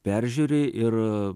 peržiūri ir